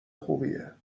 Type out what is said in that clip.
خوبیه